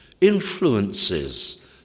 influences